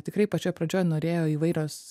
tikrai pačioj pradžioj norėjo įvairios